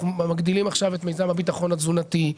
אנחנו מגדילים עכשיו את מיזם הביטחון התזונתי,